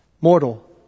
Mortal